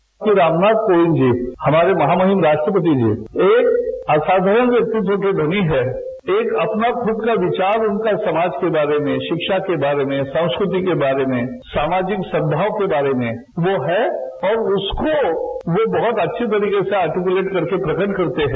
श्री रामनाथ कोविंद जी हमारे महामहिम राष्ट्रपति जी एक असाधारण व्यक्तित्व के धनी है एक अपना खुद का विचार उनका समाज के बारे में शिक्षा के बारे में संस्कृति के बारे में सामाजिक सद्भाव के बारे में वो है और उसको वो बहुत अच्छी तरह से आर्टीकुलेट करके प्रकट करते हैं